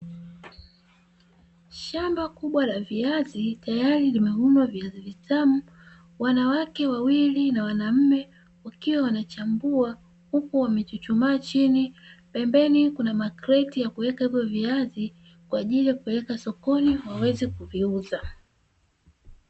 Shamba kubwa la viazi, tayari limevunwa viazi vitamu. Wanawake wawili na wanaume wakiwa wanachambua, huku wamechuchumaa chini. Pembeni kuna makreti ya kuweka viazi kwa ajili ya kupeleka sokoni waweze kuviuza.